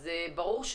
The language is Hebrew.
ברור,